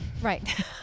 Right